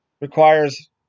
requires